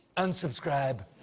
unsubscribe!